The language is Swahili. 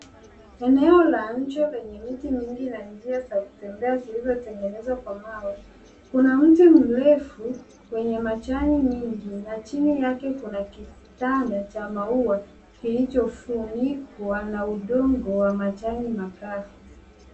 Eneo la nje lenye miti mingi na njia zilizotegenezwa kwa mawe. Kuna mti mrefu wenye majani mingi na chini kuna kitanda cha maua kilichofunikwa na udongo wa majani makazi.